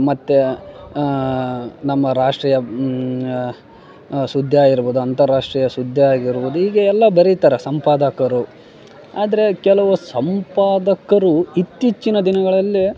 ಮತ್ತು ನಮ್ಮ ರಾಷ್ಟ್ರೀಯ ಸುದ್ಯ ಇರ್ಬೋದು ಅಂತಾರ್ರಾಷ್ಟ್ರೀಯ ಸುದ್ಯ ಆಗಿರ್ಬೋದ್ ಈಗೆ ಎಲ್ಲಾ ಬರೀತರ ಸಂಪಾದಕರು ಆದರೆ ಕೆಲವು ಸಂಪಾದಕರು ಇತ್ತೀಚಿನ ದಿನಗಳಲ್ಲಿ